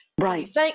Right